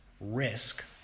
risk